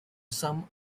some